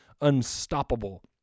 unstoppable